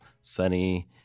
sunny